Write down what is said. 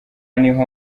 niho